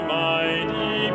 mighty